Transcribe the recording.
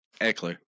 Eckler